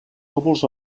lòbuls